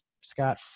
Scott